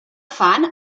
fan